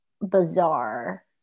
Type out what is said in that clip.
bizarre